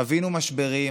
חווינו משברים,